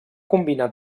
combinar